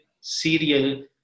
serial